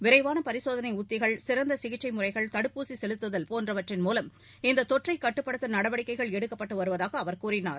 விரைவாள பரிசோதனை உத்திகள் சிறந்த சிகிச்சை முறைகள் தடுப்பூசி செலுத்துதல் போன்றவற்றின் மூலம் இத்தொற்றை கட்டுப்படுத்த நடவடிக்கைகள் எடுக்கப்பட்டு வருவதாக அவர் கூறினார்